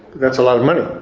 that's a lot of money.